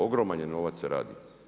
Ogroman je novac se radi.